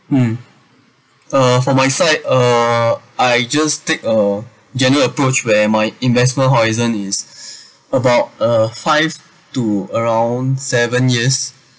mm uh from my side uh I just take a general approach where my investment horizon is about uh five to around seven years